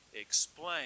explain